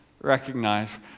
recognize